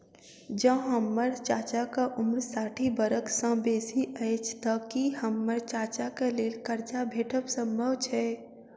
जँ हम्मर चाचाक उम्र साठि बरख सँ बेसी अछि तऽ की हम्मर चाचाक लेल करजा भेटब संभव छै?